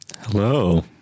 hello